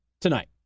tonight